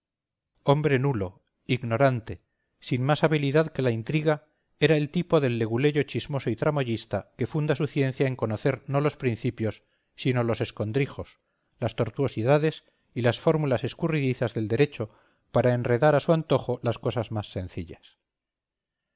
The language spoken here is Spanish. hombre nulo ignorante sin más habilidad que la intriga era el tipo del leguleyo chismoso y tramoyista que funda su ciencia en conocer no los principios sino los escondrijos las tortuosidades y las fórmulas escurridizas del derecho para enredar a su antojo las cosas más sencillas